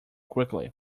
quickly